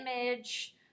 image